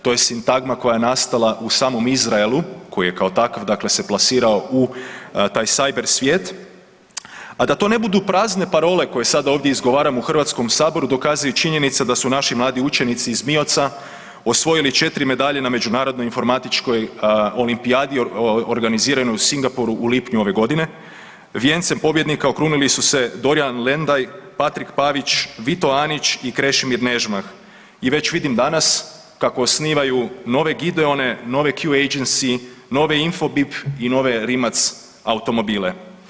To je sintagma koja je nastala u samom Izraelu, koji je kao takav se plasirao u taj cyber svijet, a da to ne budu prazne parole koje sad ovdje izgovaram u Hrvatskom saboru, dokazuje činjenica da su naši mladi učenici iz MIOC-a osvojili 4 medalje na Međunarodnoj informatičkoj olimpijadi organiziranoj u Singaporu u lipnju ove godine, vijencem pobjednika okrunili su se Dorijan Lendaj, Patrik Pavić, Vito Anić i Krešimir Nežman i već vidim danas kako osnivaju nove Gideone, nove Q agency, nove Infobip i nove Rimac automobile.